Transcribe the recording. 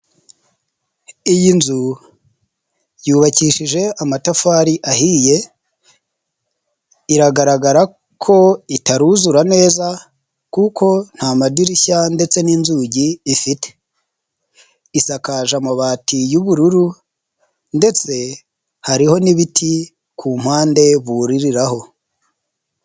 Iyi nzu yubakishije amatafari ahiye iragaragara ko itaruzura neza kuko nta madirishya ndetse n'inzugi ifite, isakaje amabati y'ubururu ndetse hariho n'ibiti ku mpande buririraho.